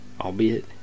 albeit